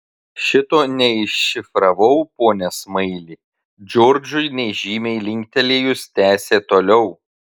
šito neiššifravau pone smaili džordžui nežymiai linktelėjus tęsė toliau